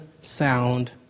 sound